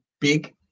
big